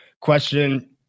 question